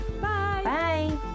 Bye